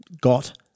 got